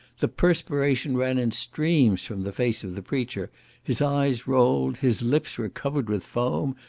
the perspiration ran in streams from the face of the preacher his eyes rolled, his lips were covered with foam,